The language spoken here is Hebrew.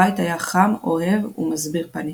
הבית היה חם אוהב ומסביר פנים.